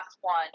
one